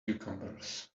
cucumbers